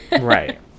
Right